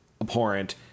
abhorrent